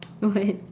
what